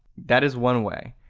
that is one way.